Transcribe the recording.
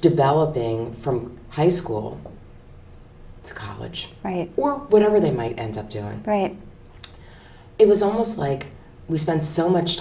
developing from high school to college whatever they might end up doing it was almost like we spend so much